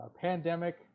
pandemic